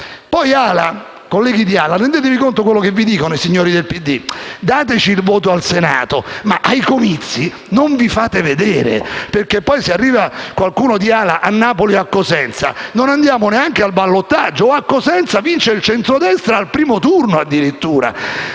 AL-A. Colleghi di AL-A, rendetevi conto di quello che vi dicono i signori del PD: dateci il voto al Senato, mai ai comizi non vi fate vedere perché se arriva qualcuno di AL-A a Napoli e a Cosenza non andiamo neanche al ballottaggio e a Cosenza vince addirittura il centrodestra al primo turno.